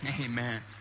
amen